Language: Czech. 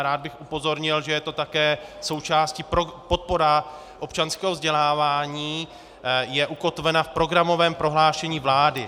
Rád bych upozornil, že je to také součástí podpora občanského vzdělávání je ukotvena v programovém prohlášení vlády.